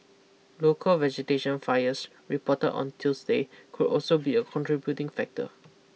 local vegetation fires reported on Tuesday could also be a contributing factor